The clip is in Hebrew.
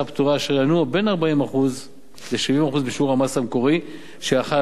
אשר ינועו בין 40% ל-70% בשיעור המס המקורי שהיה חל על החברות.